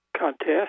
contest